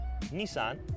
Nissan